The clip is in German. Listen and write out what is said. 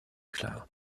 klar